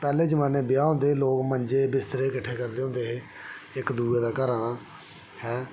पैह्ले जमाने च ब्याह् होंदे रेह् लोक मंजे बिस्तरे किट्ठे करदे हुंदे हे इक्क दूए दे घरा दा ऐं